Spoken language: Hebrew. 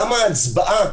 גם ההצבעה,